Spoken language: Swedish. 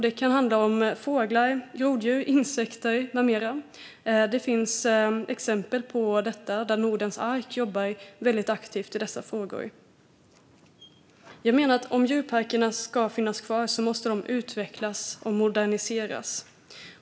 Det kan handla om fåglar, groddjur, insekter med mera. Till exempel Nordens Ark jobbar aktivt i dessa frågor. Jag menar att djurparkerna, om de ska finnas kvar, måste utvecklas och moderniseras.